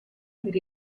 per